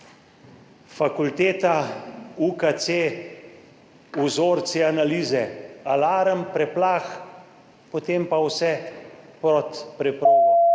fakulteta, UKC, vzorci, analize, alarm, preplah, potem pa vse pod preprogo,